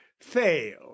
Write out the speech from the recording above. fail